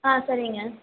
ஆ சரிங்க